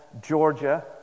Georgia